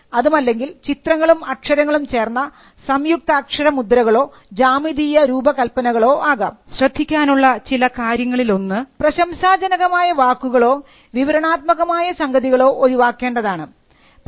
അതുമല്ലെങ്കിൽ ചിത്രങ്ങളും അക്ഷരങ്ങളും ചേർന്ന സംയുക്താക്ഷര മുദ്രകളോ ജാമിതീയ രൂപകല്പനകളോ ആകാം ശ്രദ്ധിക്കാനുള്ള ചില കാര്യങ്ങളിലൊന്ന് പ്രശംസാജനകമായ വാക്കുകളോ വിവരണാത്മകമായ സംഗതികളോ ഒഴിവാക്കേണ്ടതാണ് എന്നുള്ളതാണ്